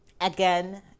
again